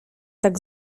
tak